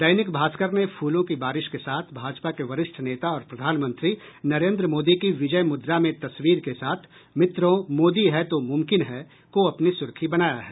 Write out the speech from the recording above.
दैनिक भास्कर ने फूलों की बारिश के साथ भाजपा के वरिष्ठ नेता और प्रधानमंत्री नरेंद्र मोदी की विजय मुद्रा में तस्वीर के साथ मित्रों मोदी है तो मुमकिन है को अपनी सुर्खी बनाया है